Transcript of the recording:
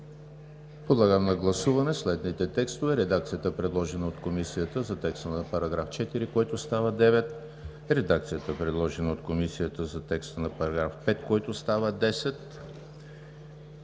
Подлагам на гласуване следните текстове: